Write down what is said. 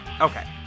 Okay